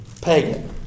Pagan